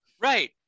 Right